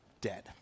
dead